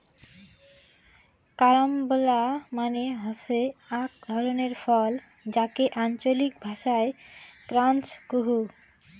carambola মানে হসে আক ধরণের ফল যাকে আঞ্চলিক ভাষায় ক্রাঞ্চ কুহ